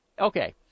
Okay